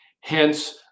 Hence